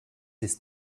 ist